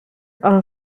are